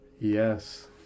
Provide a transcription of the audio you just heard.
Yes